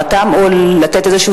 אבל גם אליו אני אתייחס,